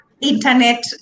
internet